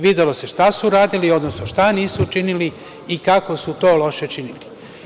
Videlo se šta su radili, odnosno šta nisu učinili i kako su to loše činili.